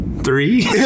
three